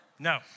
No